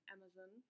Amazon